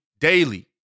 daily